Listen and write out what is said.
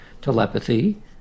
telepathy